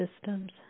systems